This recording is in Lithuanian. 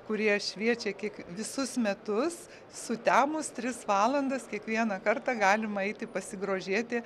kurie šviečia kiek visus metus sutemus tris valandas kiekvieną kartą galima eiti pasigrožėti